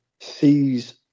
sees